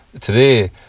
today